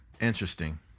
Interesting